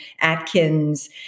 Atkins